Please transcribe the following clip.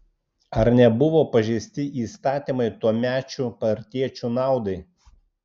ar nebuvo pažeisti įstatymai tuomečių partiečių naudai